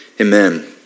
Amen